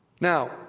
Now